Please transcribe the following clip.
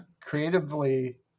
creatively